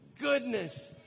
goodness